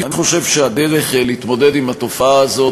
אני חושב שהדרך להתמודד עם התופעה הזאת